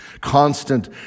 constant